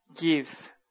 gives